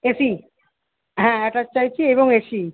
AC হ্যাঁ attached চাইছি এবং এসি